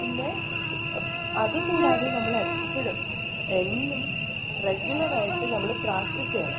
പിന്നെ അത് കൂടാതെ നമ്മൾ എപ്പോഴും എന്നും റെഗുലർ ആയിട്ട് നമ്മൾ പ്രാക്റ്റീസ് ചെയ്യണം